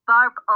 Barb